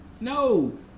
no